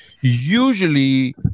usually